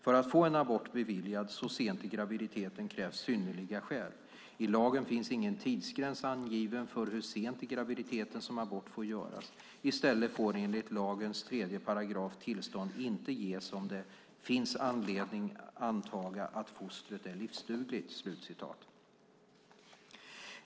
För att få en abort beviljad så sent i graviditeten krävs synnerliga skäl. I lagen finns ingen tidsgräns angiven för hur sent i graviditeten som abort får göras. I stället får enligt lagens 3 § tillstånd inte ges om det "finns anledning antaga att fostret är livsdugligt".